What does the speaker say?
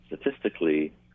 statistically